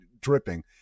dripping